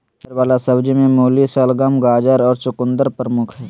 जड़ वला सब्जि में मूली, शलगम, गाजर और चकुंदर प्रमुख हइ